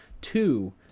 two